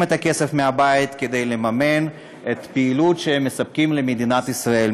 את הכסף מהבית כדי לממן את הפעילות שהם מספקים למדינת ישראל.